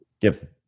Gibson